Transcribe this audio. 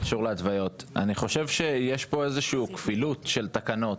שקשור להתוויות: אני חושב שיש פה איזו שהיא כפילות של תקנות.